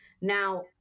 Now